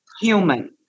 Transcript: human